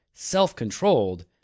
self-controlled